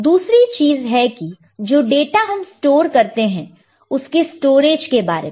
दूसरी चीज है की जो डाटा हम स्टोर करते हैं उसके स्टोरेज के बारे में